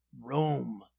Rome